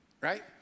Right